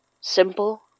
simple